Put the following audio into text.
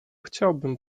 chciałbym